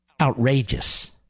outrageous